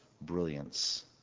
brilliance